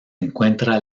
encuentra